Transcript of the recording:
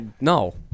No